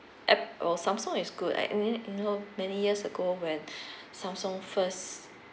app uh samsung is good eh I mean you know many years ago when samsung first